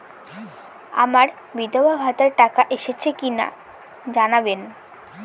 আমার বিধবাভাতার টাকা এসেছে কিনা জানাবেন?